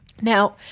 Now